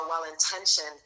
well-intentioned